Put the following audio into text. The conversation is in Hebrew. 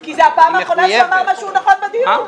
כי זו הפעם האחרונה שהוא אמר משהו נכון בדיון.